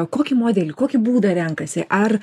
kokį modelį kokį būdą renkasi ar